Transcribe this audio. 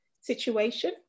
situation